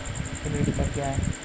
Credit card क्या है?